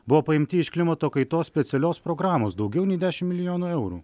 buvo paimti iš klimato kaitos specialios programos daugiau nei dešim milijonų eurų